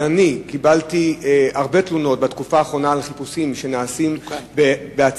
אבל אני קיבלתי הרבה תלונות בתקופה האחרונה על חיפושים שנעשים בעצירים,